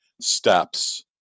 steps